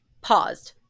paused